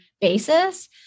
basis